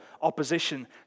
opposition